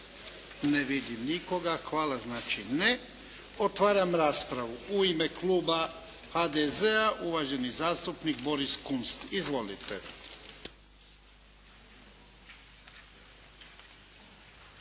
Ne vidim nikoga. Hvala. Znači ne. Otvaram raspravu. U ime kluba HDZ-a, uvaženi zastupnik Boris Kunst. Izvolite.